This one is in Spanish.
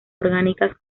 orgánicas